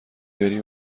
بری